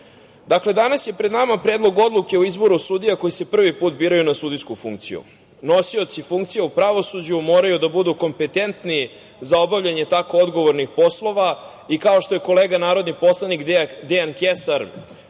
danas. Dakle, danas je pred nama Predlog odluke o izboru koji se prvi put biraju na sudijsku funkciju. Nosioci funkcije u pravosuđu moraju da budu kompetentni za obavljanje tako odgovornih poslova i kao što je kolega narodni poslanik, Dejan Kesar